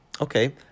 Okay